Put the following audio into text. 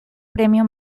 premio